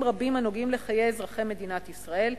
רבים הנוגעים לחיי אזרחי מדינת ישראל,